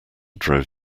drove